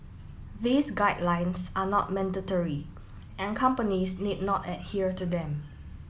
these guidelines are not mandatory and companies need not adhere to them